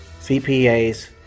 CPAs